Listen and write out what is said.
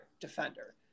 defender